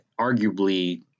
arguably